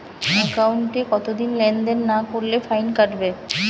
একাউন্টে কতদিন লেনদেন না করলে ফাইন কাটবে?